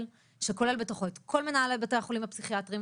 שכולל בתוכו את כל מנהלי בתי החולים הפסיכיאטרים.